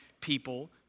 people